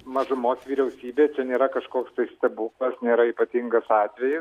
mažumos vyriausybė čia nėra kažkoks tai stebuklas nėra ypatingas atveji